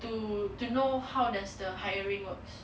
to to know how does the hiring works